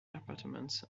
apartments